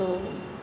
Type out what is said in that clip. તો